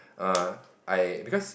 err I because